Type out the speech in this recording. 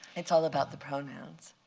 it's all about the pronouns.